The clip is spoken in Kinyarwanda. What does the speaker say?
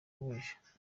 kubihisha